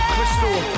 Crystal